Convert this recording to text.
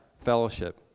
fellowship